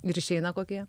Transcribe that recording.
ir išeina kokie